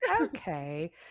okay